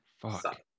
fuck